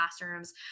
classrooms